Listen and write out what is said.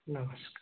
नमस्कार